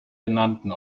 genannten